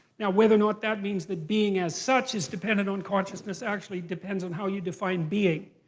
now whether or not that means that being as such is dependent on consciousness actually depends on how you define being.